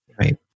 Right